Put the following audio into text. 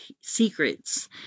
secrets